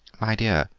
my dear,